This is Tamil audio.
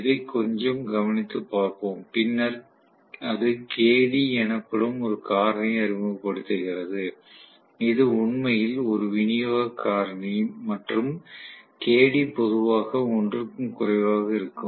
அதைக் கொஞ்சம் கவனித்துப் பார்ப்போம் பின்னர் அது Kd எனப்படும் ஒரு காரணியை அறிமுகப்படுத்துகிறது இது உண்மையில் ஒரு விநியோக காரணி மற்றும் Kd பொதுவாக 1 க்கும் குறைவாக இருக்கும்